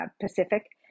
Pacific